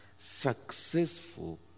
Successful